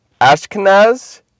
Ashkenaz